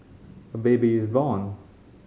a baby is born